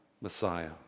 Messiah